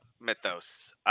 mythos